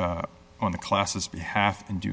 on the classes behalf and do